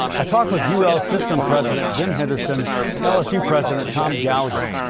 i talked with u l system president jim henderson and lsu president tom galligan.